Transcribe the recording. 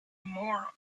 more